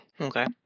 okay